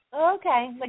Okay